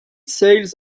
sails